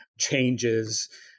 changes